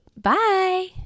Bye